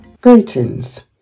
Greetings